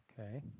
Okay